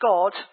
God